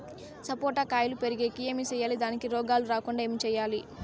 సపోట కాయలు పెరిగేకి ఏమి సేయాలి దానికి రోగాలు రాకుండా ఏమి సేయాలి?